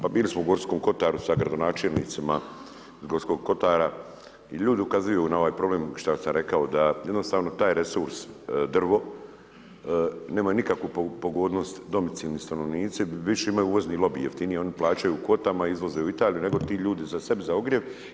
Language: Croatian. Pa bili smo u Gorskom kotaru sa gradonačelnicima Gorskog kotara i ljudi ukazuju na ovaj problem što sam rekao da jednostavno taj resurs drvo, nemaju nikakvu pogodnost domicilni stanovnici, više imaju uvozni lobiji, jeftinije oni plaćaju u kvotama, izvoze u Italiju nego ti ljudi za sebe, za ogrjev.